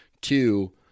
Two